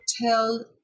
tell